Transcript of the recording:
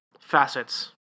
facets